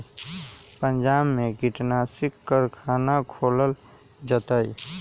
पंजाब में कीटनाशी कारखाना खोलल जतई